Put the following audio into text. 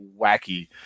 wacky